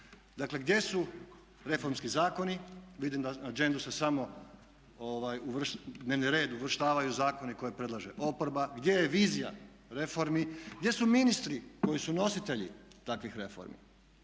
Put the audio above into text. gdje su reformski zakoni? Vidim da …/Govornik se ne razumije./… u dnevni red uvrštavaju zakoni koje predlaže oporba. Gdje je vizija reformi? Gdje su ministri koji su nositelji takvih reformi?